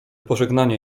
pożegnanie